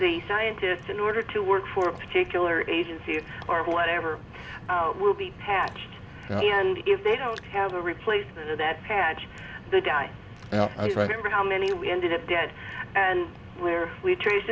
the scientists in order to work for a particular agency or whatever will be patched and if they don't have a replacement or that patch the die or how many we ended up dead and where we trace